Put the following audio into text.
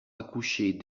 accoucher